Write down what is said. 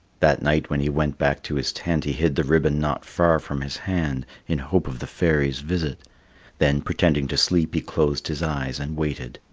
that night when he went back to his tent he hid the ribbon not far from his hand in hope of the fairy's visit then, pretending to sleep, he closed his eyes and waited.